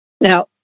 Now